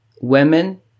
women